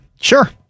Sure